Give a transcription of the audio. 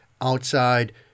outside